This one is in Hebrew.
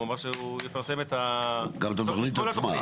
הוא אמר שהוא יפרסם גם את כל התוכנית.